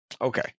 Okay